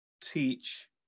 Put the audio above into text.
teach